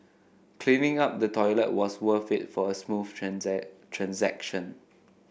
cleaning up the toilet was worth it for a smooth transaction